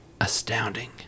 astounding